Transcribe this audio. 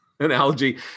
Analogy